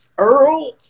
Earl